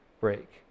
break